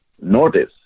notice